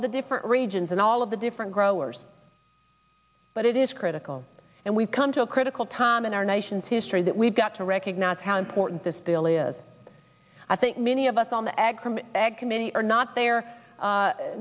of the different regions and all of the different growers but it is critical and we've come to a critical time in our nation's history that we've got to recognize how important this bill is i think many of us on the